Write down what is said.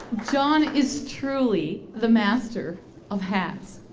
john is truly the master of hats.